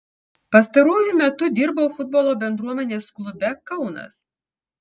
pastaruoju metu dirbau futbolo bendruomenės klube kaunas